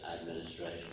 administration